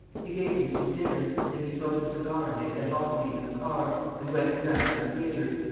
he gave them some dinner then he smoked a cigar and they set off again in the car and went the round of the theatres,